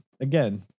again